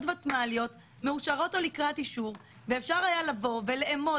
ותמ"ליות מאושרות או לקראת אישור ואפשר היה לאמוד